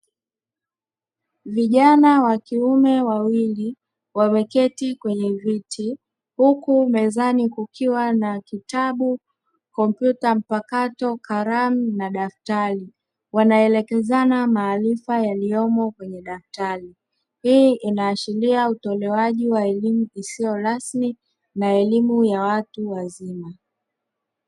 Vijana wa kiume wawili wameketi kwenye viti, huku mezani kukiwa na kitabu, kompyuta mpakato, kalamu na daftari; wanaelekezana maarifa yaliyomo kwenye daftari. Hii inaashiria utolewaji wa elimu isiyo rasmi na elimu ya watu wazima.